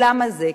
למה זה?